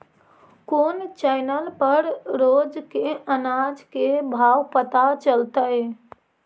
कोन चैनल पर रोज के अनाज के भाव पता चलतै?